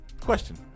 question